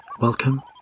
Welcome